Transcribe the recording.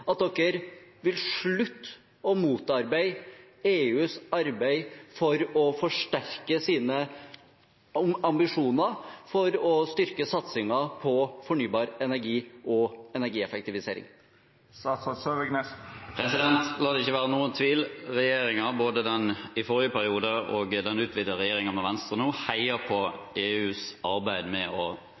at de vil slutte å motarbeide EUs arbeid for å forsterke sine ambisjoner om å styrke satsingen på fornybar energi og energieffektivisering? La det ikke være noen tvil: Regjeringen – både den i forrige periode og denne som er utvidet med Venstre – heier på EUs arbeid med å